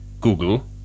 Google